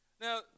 Now